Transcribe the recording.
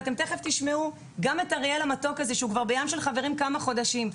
תיכף תשמעו את א' המתוק שהוא ב"ים של חברים" כבר כמה חודשים.